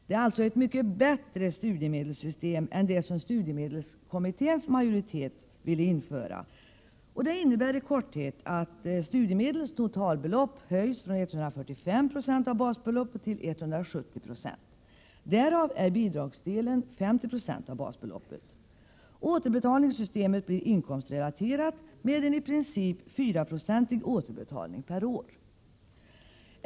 Det är alltså fråga om ett mycket bättre studiemedelssystem än det som studiemedelskommitténs majoritet ville införa. Systemet innebär i korthet att studiemedlens totalbelopp höjs från 145 96 av basbeloppet till 170 96 av basbeloppet. Därav är bidragsdelen 50 96 av basbeloppet. Återbetalningssystemet blir inkomstrelaterat med en i princip 4-procentig återbetalning per år.